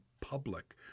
public